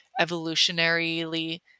evolutionarily